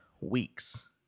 weeks